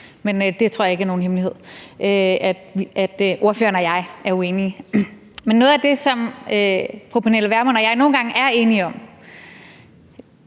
men det tror jeg ikke er nogen hemmelighed, altså at ordføreren og jeg er uenige. Men noget af det, som fru Pernille Vermund og jeg nogle gange er enige om,